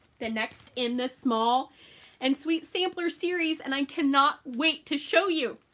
the next in this small and sweet sampler series, and i cannot wait to show you